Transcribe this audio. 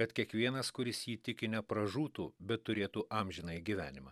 kad kiekvienas kuris jį tiki nepražūtų bet turėtų amžinąjį gyvenimą